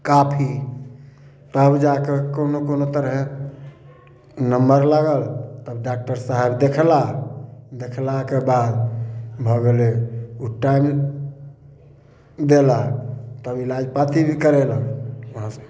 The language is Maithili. काफी तब जाकऽ कोनो कोनो तरहे नम्बर लागल तब डॉक्टर साहब देखला दखेलाके बाद भऽ गेलै उ टाइम देलक तब इलाज पाती करेलक उहाँ से